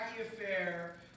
affair